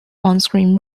onscreen